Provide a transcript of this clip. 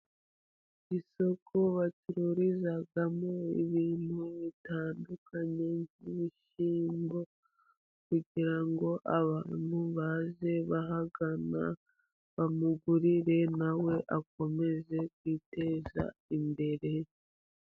Isoko bacururizamo ibintu bitandukanye, nk'ibishyimbo, kugira ngo abantu baze bahangana bamugurire, na we akomeze kwiteza imbere.